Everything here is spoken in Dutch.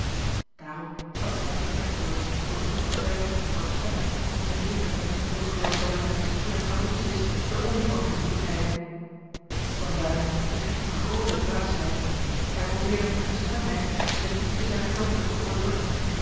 daarop stapte hij het vertrek door zooals ongetwijfeld porsenna in zijne legertent moet rondgeloopen hebben toen hij fabricius de olifanten liet bekijken van duin beging eene groote dwaasheid hij probeerde met gestrengheid de liefde zijner dochter te onderdrukken